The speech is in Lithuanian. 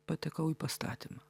patekau į pastatymą